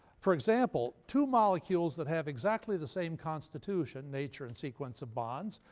for example, two molecules that have exactly the same constitution, nature and sequence of bonds,